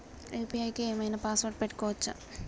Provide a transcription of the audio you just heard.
UPI కి ఏం ఐనా పాస్వర్డ్ పెట్టుకోవచ్చా?